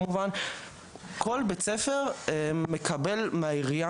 כל ילד מקבל מהעירייה,